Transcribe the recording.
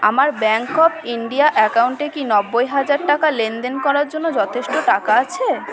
আমার bank of India অ্যাকাউন্টে কি নব্বই হাজার টাকা লেনদেন করার জন্য যথেষ্ট টাকা আছে